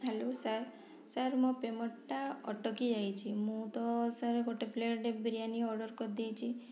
hello sir sir ମୋ ପେମେଣ୍ଟ୍ଟା ଅଟକି ଯାଇଛି ମୁଁ ତ ସାର୍ ଗୋଟେ ପ୍ଲେଟ୍ ବିରିୟାନୀ ଅର୍ଡ଼ର୍ କରିଦେଇଛି